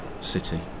city